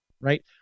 right